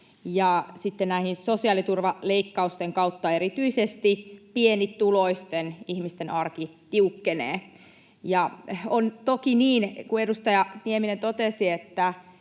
sosiaaliturvaleikkausten kautta erityisesti pienituloisten ihmisten arki tiukkenee. On toki niin kuin edustaja Nieminen totesi,